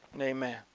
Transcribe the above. Amen